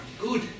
good